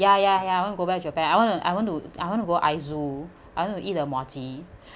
ya ya ya I want go back japan I want to I want to I want to go to izoo I want to eat the muah chee